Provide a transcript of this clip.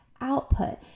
output